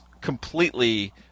completely